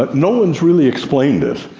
but no-one's really explained it.